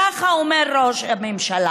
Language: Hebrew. ככה אומר ראש הממשלה.